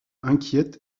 inquiète